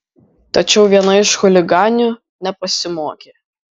tačiau viena iš chuliganių nepasimokė